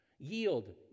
yield